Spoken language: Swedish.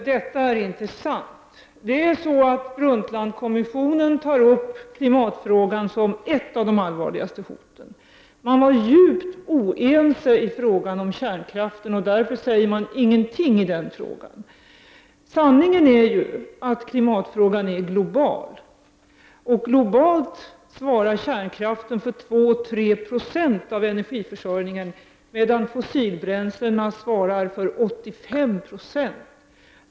Herr talman! Detta är inte sant. Brundtlandkommissionen tar upp klimatfrågan som ett av de allvarligaste hoten. Man var djupt oense i fråga om kärnkraften, och därför sägs ingenting om den. Sanningen är att klimatfrågan är global. Kärnkraften svarar, globalt sett, för 2—3 90 av energiförsörjningen, medan fossilbränslena svarar för 85 9o.